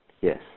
Yes